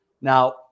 Now